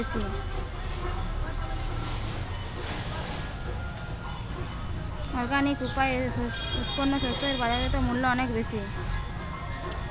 organic উপায়ে উৎপন্ন শস্য এর বাজারজাত মূল্য অনেক বেশি